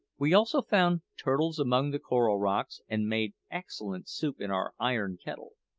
we also found turtles among the coral rocks, and made excellent soup in our iron kettle.